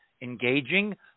engaging